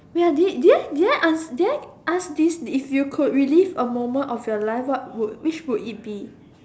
wait ah did did I ask did I ask this if you could relive a moment of your life what would which would it be